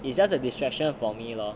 it's just a distraction for me lor